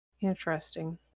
Interesting